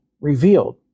revealed